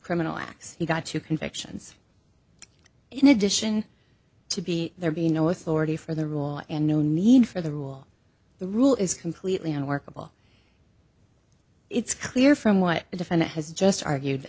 criminal acts he got two convictions in addition to be there being no authority for the rule and no need for the rule the rule is completely unworkable it's clear from what the defendant has just argued